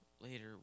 Later